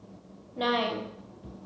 nine